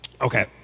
Okay